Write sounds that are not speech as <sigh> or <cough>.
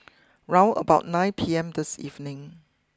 <noise> round about nine P M this evening